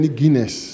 Guinness